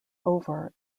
over